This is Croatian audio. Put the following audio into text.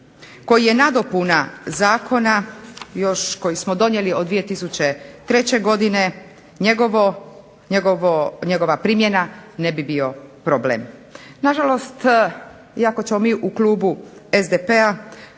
koji je nadopuna zakona još koji smo donijeli od 2003. godine njegova primjena ne bi bio problem. Na žalost iako ćemo mi u klubu SDP-a